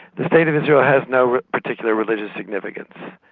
the state of israel has no particular religious significance.